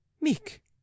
Meek